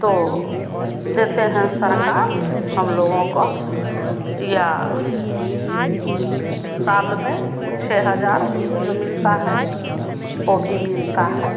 तो देती है सरकार हमलोगों को या साल में वह छह हज़ार जो मिलता है वह भी मिलता है